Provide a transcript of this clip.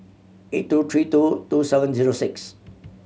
eight two three two two seven zero six